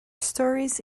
stories